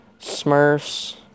Smurfs